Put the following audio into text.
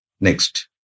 Next